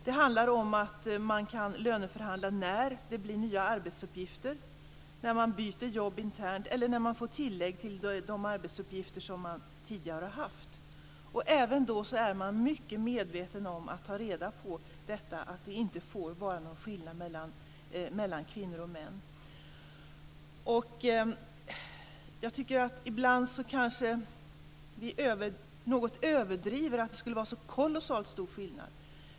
Det handlar om att man kan löneförhandla när det blir nya arbetsuppgifter, när man byter jobb internt eller när man får tillägg till de arbetsuppgifter som man tidigare har haft. Även då är vi mycket medvetna om att det inte får vara någon skillnad mellan kvinnor och män. Ibland tycker jag att vi överdriver något när vi säger att det är så kolossalt stor skillnad.